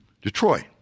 Detroit